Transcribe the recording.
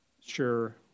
sure